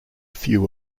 few